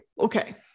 Okay